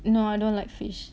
no I don't like fish